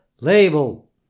label